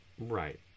Right